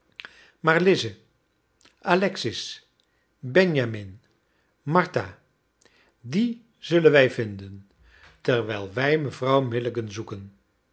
maar lize alexis benjamin martha die zullen wij vinden terwijl wij mevrouw milligan zoeken